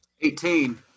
Eighteen